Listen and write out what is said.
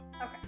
Okay